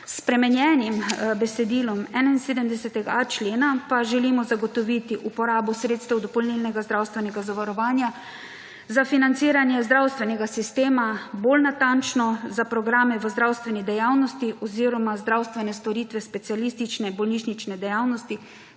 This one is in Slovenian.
S spremenjenim besedilom 71.a člena pa želimo zagotoviti uporabo sredstev dopolnilnega zdravstvenega zavarovanja za financiranje zdravstvenega sistema bolj natančno, za programe v zdravstveni dejavnosti oziroma zdravstvene storitve specialistične bolnišnične dejavnosti,